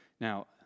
Now